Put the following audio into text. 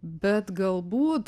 bet galbūt